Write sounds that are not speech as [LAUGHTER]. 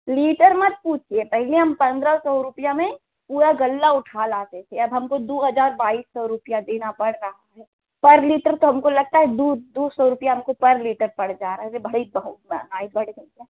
litre मत पूछिए पहले हम पंद्रह सौ रुपया में पूरा गल्ला उठा लाते थे अब हमको दो हज़ार बाईस रुपया सौ देना पड़ रहा है पर लिटर त हमको लगता है दो दो सौ रुपया हमको पर लीटर पड़ जा रहा है [UNINTELLIGIBLE] मेहेंगाई बढ़ गई है